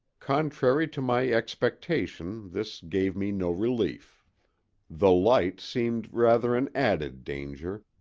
contrary to my expectation this gave me no relief the light seemed rather an added danger,